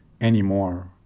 anymore